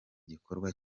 gikorwa